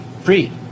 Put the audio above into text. free